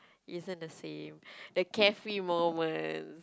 isn't the same the carefree moment